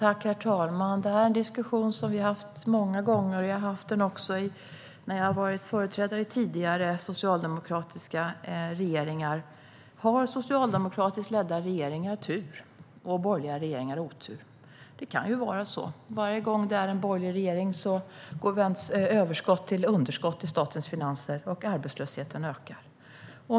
Herr talman! Det här är en diskussion som vi har haft många gånger, också när jag har varit företrädare för tidigare socialdemokratiska regeringar. Har socialdemokratiskt ledda regeringar tur och borgerliga regeringar otur? Det kan ju vara så. Varje gång vi har en borgerlig regering vänds överskott till underskott i statens finanser och arbetslösheten ökar.